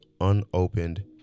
unopened